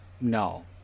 no